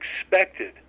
expected